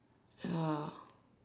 ya